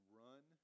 run